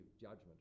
judgment